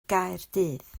gaerdydd